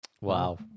Wow